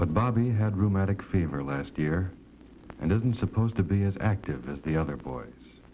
but bobby had rheumatic fever last year and isn't supposed to be as active as the other boys